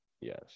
Yes